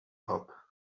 hop